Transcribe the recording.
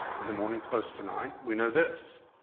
in the morning close to nine. we know this,